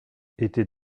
était